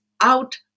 out